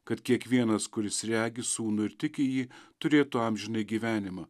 kad kiekvienas kuris regi sūnų ir tiki jį turėtų amžinąjį gyvenimą